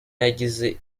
yagize